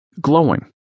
glowing